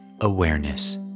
awareness